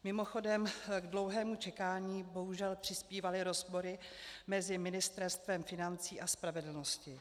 Mimochodem, k dlouhému čekání bohužel přispívaly rozpory mezi ministerstvy financí a spravedlnosti.